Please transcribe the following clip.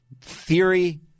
theory